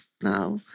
now